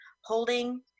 holding